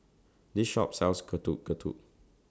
This Shop sells Getuk Getuk